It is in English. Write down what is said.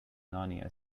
narnia